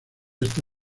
esta